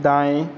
दायें